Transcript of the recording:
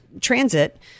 transit